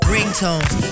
Ringtones